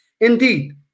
Indeed